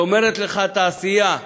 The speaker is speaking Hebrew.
כשאומרת לך התעשייה: